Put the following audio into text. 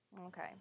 Okay